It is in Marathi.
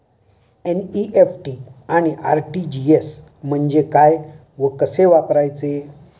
एन.इ.एफ.टी आणि आर.टी.जी.एस म्हणजे काय व कसे वापरायचे?